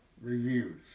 reviews